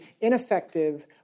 ineffective